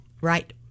Right